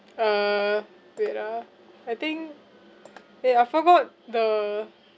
uh wait ah I think eh I forgot the